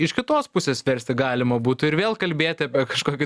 iš kitos pusės versti galima būtų ir vėl kalbėti apie kažkokį